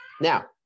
Now